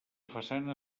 façana